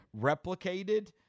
replicated